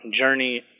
journey